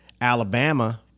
Alabama